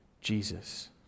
Jesus